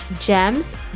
GEMS